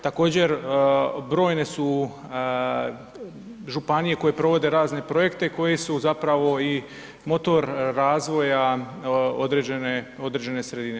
Također brojne su županije koje provode razne projekte koji su zapravo i motor razvoja određene sredine.